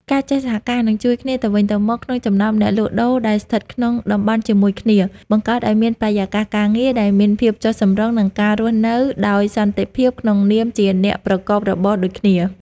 ការចេះសហការ និងជួយគ្នាទៅវិញទៅមកក្នុងចំណោមអ្នកលក់ដូរដែលស្ថិតក្នុងតំបន់ជាមួយគ្នា បង្កើតឱ្យមានបរិយាកាសការងារដែលមានភាពចុះសម្រុង និងការរស់នៅដោយសន្តិភាពក្នុងនាមជាអ្នកប្រកបរបរដូចគ្នា។